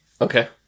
Okay